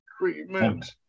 treatment